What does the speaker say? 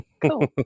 Cool